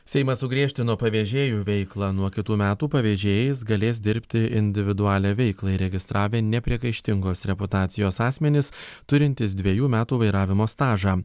seimas sugriežtino pavėžėjų veiklą nuo kitų metų pavėžėjais galės dirbti individualią veiklą įregistravę nepriekaištingos reputacijos asmenys turintys dvejų metų vairavimo stažą